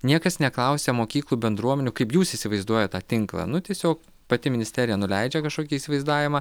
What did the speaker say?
niekas neklausia mokyklų bendruomenių kaip jūs įsivaizduojat tą tinklą nu tiesiog pati ministerija nuleidžia kažkokį įsivaizdavimą